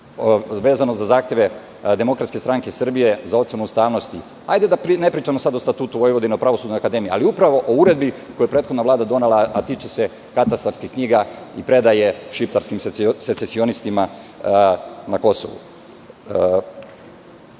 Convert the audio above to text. vezano za zahteve DSS za ocenu ustavnosti. Hajde da ne pričamo sada o Statutu Vojvodine, Pravosudnoj akademiji, ali upravo o uredbi koju je prethodna Vlada donela, a tiče se katastarskih knjiga i predaje šiptarskim secesionistima na